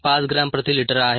5 gram प्रति litre आहे